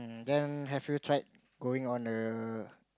then have you tried going on a